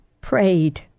prayed